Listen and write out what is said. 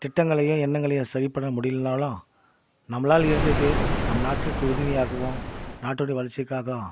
திட்டங்களையும் எண்ணங்களையும் சரி பண்ண முடியிலேனாலும் நம்பளால் இயன்றது நம் நாட்டிற்கு உறுதுணையாகவும் நாட்டுடைய வளர்ச்சிக்காகவும்